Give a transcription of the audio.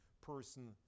person